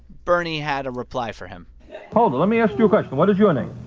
bernie had a reply for him hold it. let me ask you a question. what is your